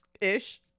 ish